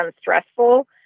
stressful